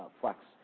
Flex